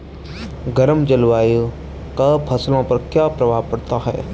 गर्म जलवायु का फसलों पर क्या प्रभाव पड़ता है?